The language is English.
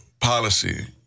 policy